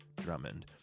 Drummond